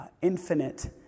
infinite